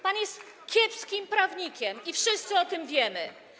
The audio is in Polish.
Pan jest kiepskim prawnikiem i wszyscy o tym wiemy.